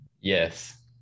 Yes